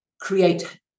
create